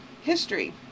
History